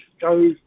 go